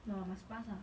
ya buy must pass ah